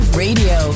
radio